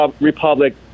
republic